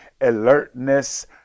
alertness